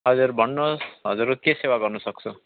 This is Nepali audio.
हजुर भन्नुहोस् हजुरको के सेवा गर्नुसक्छु